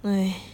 !hais!